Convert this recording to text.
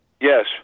Yes